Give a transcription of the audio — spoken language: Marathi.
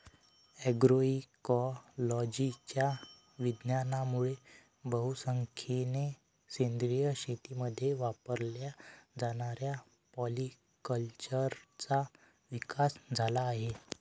अग्रोइकोलॉजीच्या विज्ञानामुळे बहुसंख्येने सेंद्रिय शेतीमध्ये वापरल्या जाणाऱ्या पॉलीकल्चरचा विकास झाला आहे